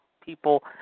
People